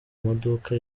maduka